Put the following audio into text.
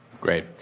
Great